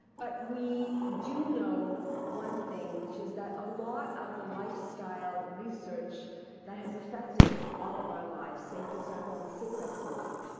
but we do know one thing, which is that a lot of the lifestyle research that has affected all of our lives, say, for example, on cigarette smoking.